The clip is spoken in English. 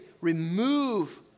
remove